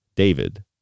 David